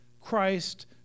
Christ